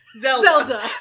Zelda